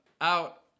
out